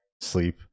sleep